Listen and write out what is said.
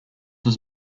does